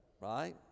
right